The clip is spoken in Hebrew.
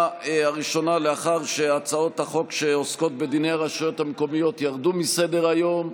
לאחר שהצעות החוק שעוסקות בדיני הרשויות המקומיות ירדו מסדר-היום,